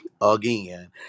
again